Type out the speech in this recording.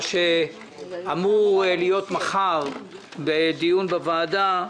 מה שאמור להיות מחר בדיון בוועדה,